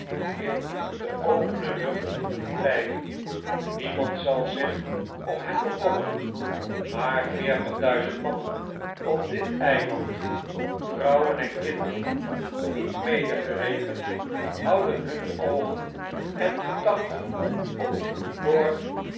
in de opene lucht blijven niemand zal zich om hem bekommeren maar veertig duizend mannen op dit eiland vrouwen n kinderen niet medegerekend houden hunne oogen en gedachten op lord